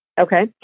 Okay